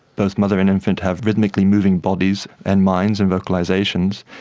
both mother and infant have rhythmically moving bodies and minds and vocalisations,